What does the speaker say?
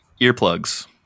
Earplugs